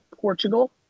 Portugal